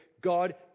God